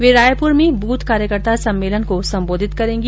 वे रायपुर में बूथ कार्यकर्ता सम्मेलन को संबोधित करेंगी